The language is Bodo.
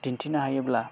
दिन्थिनो हायोब्ला